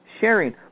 sharing